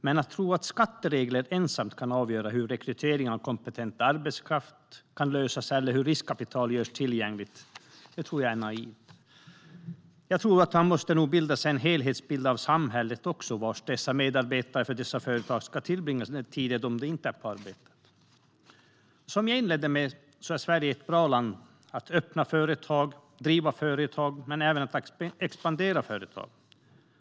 Men att tro att enbart skatteregler kan avgöra hur rekrytering av kompetent arbetskraft ska lösas eller hur riskkapital ska göras tillgängligt är naivt. Jag tror att man nog också måste bilda sig en helhetsbild av samhället där medarbetare i dessa företag ska tillbringa den tid då de inte är på arbetet. Som jag inledde med är Sverige ett bra land att öppna företag, driva företag och även expandera företag i.